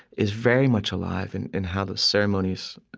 is very much alive and in how the ceremonies,